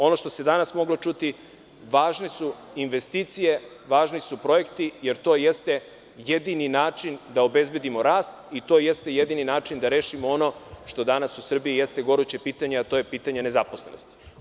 Ono što se danas moglo čuti, važne su investicije, važni su projekti, jer to jeste jedini način da obezbedimo rast i to jeste jedini način da rešimo ono što danas u Srbiji jeste goruće pitanje,a to je pitanje nezaposlenosti.